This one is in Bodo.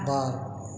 बार